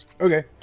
okay